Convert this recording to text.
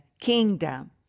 kingdom